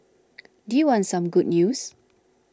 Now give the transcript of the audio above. do you want some good news